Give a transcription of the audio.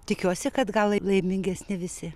tikiuosi kad gal laimingesni visi